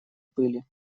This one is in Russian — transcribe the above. пыли